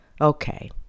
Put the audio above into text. Okay